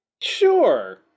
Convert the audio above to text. sure